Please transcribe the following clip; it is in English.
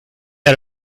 had